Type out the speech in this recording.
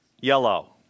yellow